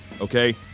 Okay